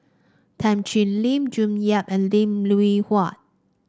Tan Thoon Lip June Yap and Lim Hwee Hua